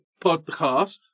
podcast